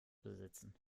besitzen